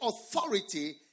authority